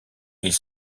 ils